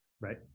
right